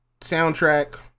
Soundtrack